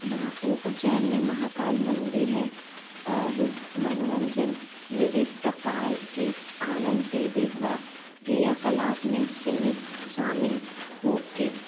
मा उज्जैन में महाकाल मन्दिर है और मनोरंजन विविध प्रकार के आनंद देवेत व क्रियाकलाप में सिमित शामिल होकर